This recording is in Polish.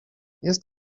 jest